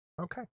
okay